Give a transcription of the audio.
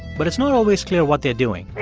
but it's not always clear what they're doing